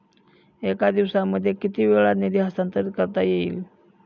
एका दिवसामध्ये किती वेळा निधी हस्तांतरीत करता येईल?